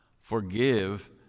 Forgive